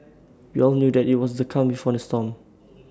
we all knew that IT was the calm before the storm